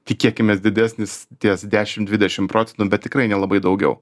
tikėkimės didesnis ties dešim dvidešim procentų bet tikrai nelabai daugiau